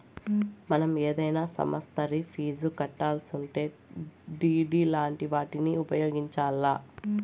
మనం ఏదైనా సమస్తరి ఫీజు కట్టాలిసుంటే డిడి లాంటి వాటిని ఉపయోగించాల్ల